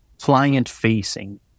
client-facing